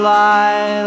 lie